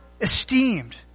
esteemed